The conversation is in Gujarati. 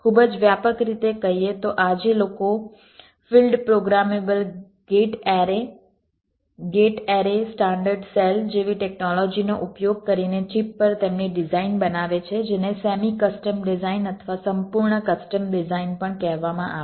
ખૂબ જ વ્યાપક રીતે કહીએ તો આજે લોકો field programmable gate array gate array standard cell જેવી ટેકનોલોજીનો ઉપયોગ કરીને ચિપ પર તેમની ડિઝાઇન બનાવે છે જેને સેમી કસ્ટમ ડિઝાઇન અથવા સંપૂર્ણ કસ્ટમ ડિઝાઇન પણ કહેવામાં આવે છે